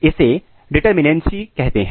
इसे डिटरमिनैंसी कहते हैं